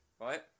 Right